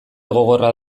gogorra